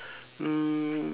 mm